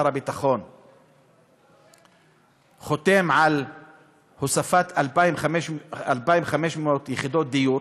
הביטחון חותמים על הוספת 2,500 יחידות דיור,